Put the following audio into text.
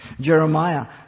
Jeremiah